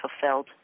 fulfilled